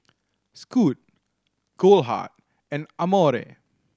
Scoot Goldheart and Amore